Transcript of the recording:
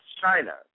China